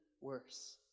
worse